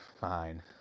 Fine